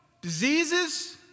diseases